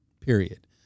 period